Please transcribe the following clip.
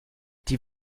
die